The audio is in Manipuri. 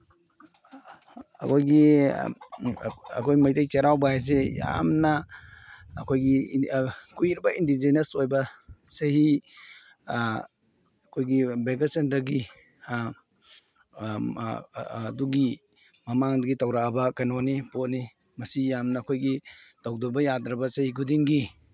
ꯑꯩꯈꯣꯏꯒꯤ ꯑꯩꯈꯣꯏ ꯃꯩꯇꯩ ꯆꯩꯔꯥꯎꯕ ꯍꯥꯏꯁꯦ ꯌꯥꯝꯅ ꯑꯩꯈꯣꯏꯒꯤ ꯀꯨꯏꯔꯕ ꯏꯟꯗꯤꯖꯤꯅꯁ ꯑꯣꯏꯕ ꯆꯍꯤ ꯑꯩꯈꯣꯏꯒꯤ ꯚꯩꯒꯆꯟꯗ꯭ꯔꯒꯤ ꯑꯗꯨꯒꯤ ꯃꯃꯥꯡꯗꯒꯤ ꯇꯧꯔꯛꯑꯕ ꯀꯩꯅꯣꯅꯤ ꯄꯣꯠꯅꯤ ꯃꯁꯤ ꯌꯥꯝꯅ ꯑꯩꯈꯣꯏꯒꯤ ꯇꯧꯗꯕ ꯌꯥꯗ꯭ꯔꯕ ꯆꯍꯤ ꯈꯨꯗꯤꯡꯒꯤ